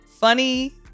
funny